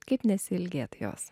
kaip nesiilgėt jos